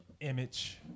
image